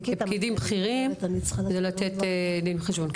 של פקידים בכירים זה לתת דין וחשבון.